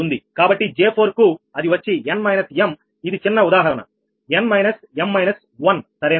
కాబట్టి J4 కు అది వచ్చి n − m ఇది చిన్న ఉదాహరణ సరేనా